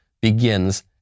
begins